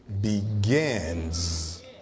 begins